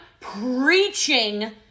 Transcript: preaching